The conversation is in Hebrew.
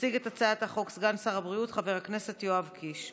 יציג את הצעת החוק סגן שר הבריאות חבר הכנסת יואב קיש,